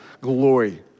glory